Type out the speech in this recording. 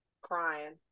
crying